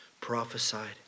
prophesied